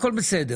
הכול בסדר.